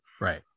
Right